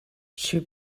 she